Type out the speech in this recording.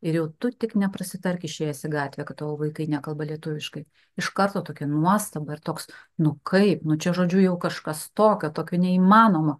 ir jau tu tik neprasitark išėjęs į gatvę kad tavo vaikai nekalba lietuviškai iš karto tokia nuostaba ir toks nu kaip nu čia žodžiu jau kažkas tokio tokio neįmanomo